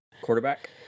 Quarterback